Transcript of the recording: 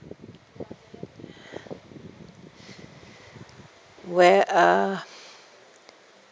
where uh